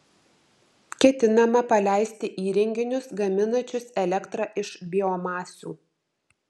ketinama paleisti įrenginius gaminančius elektrą iš biomasių